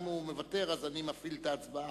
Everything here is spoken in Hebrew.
אם הוא מוותר, אני מפעיל את ההצבעה.